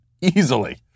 Easily